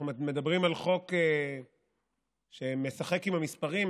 אנחנו מדברים על חוק שמשחק עם המספרים,